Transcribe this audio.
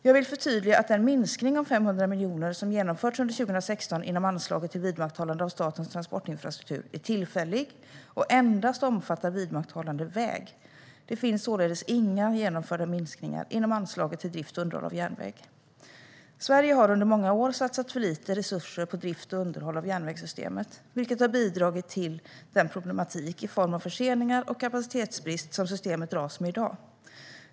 Jag vill förtydliga att den minskning om 500 miljoner kronor som genomförts under 2016 inom anslaget till vidmakthållande av statens transportinfrastruktur är tillfällig och endast omfattar vidmakthållande väg. Det finns således inga genomförda minskningar inom anslaget till drift och underhåll av järnväg. Sverige har under många år satsat för lite resurser på drift och underhåll av järnvägssystemet, vilket har bidragit till den problematik i form av förseningar och kapacitetsbrist som systemet dras med i dag.